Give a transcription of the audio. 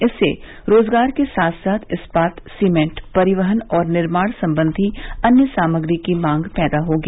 इससे रोजगार के साथ साथ इस्पात सीमेंट परिवहन और निर्माण संबंधी अन्य सामग्री की मांग पैदा होगी